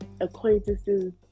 acquaintances